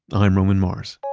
i'm roman mars